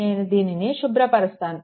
నేను దీనిని శుభ్రపరుస్తాను